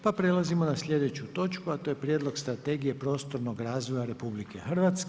Pa prelazimo na sljedeću točku, a to je: - Prijedlog strategije prostornog razvoja RH.